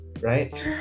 right